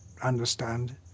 understand